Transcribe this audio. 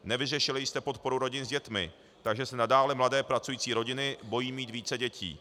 Nevyřešili jste podporu rodin s dětmi, takže se nadále mladé pracující rodiny bojí mít více dětí.